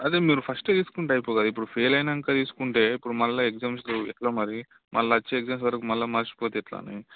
అది మీరు ఫస్టే తీసుకుంటే అయిపొందును కదా ఇప్పుడు ఫెయిల్ అయ్యాక చూసుకుంటే ఇప్పుడు మళ్ళీ ఎగ్జామ్స్కి ఎలా మరి మళ్ళీ వచ్చే ఎగ్జామ్స్ వరకు మళ్ళీ మరిచిపోతే ఎలా అని